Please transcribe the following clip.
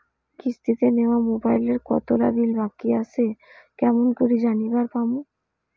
কিস্তিতে নেওয়া মোবাইলের কতোলা বিল বাকি আসে কেমন করি জানিবার পামু?